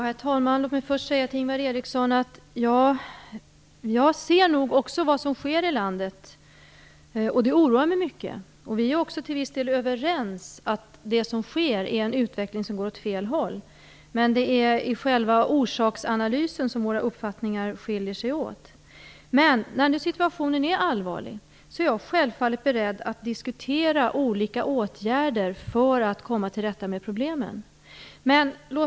Herr talman! Jag vill först säga till Ingvar Eriksson att också jag ser vad som sker i landet. Det oroar mig mycket. Vi är till viss del överens, att det som sker innebär en utveckling som går åt fel håll. Men det är i själva orsaksanalysen som våra uppfattningar skiljer sig åt. När nu situationen är allvarlig är jag självfallet beredd att diskutera olika åtgärder för att komma till rätta med problemen.